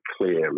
clear